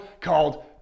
called